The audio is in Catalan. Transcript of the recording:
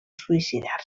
suïcidar